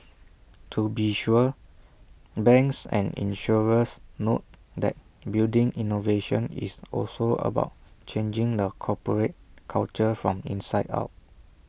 to be sure banks and insurers note that building innovation is also about changing the corporate culture from inside out